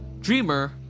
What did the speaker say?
dreamer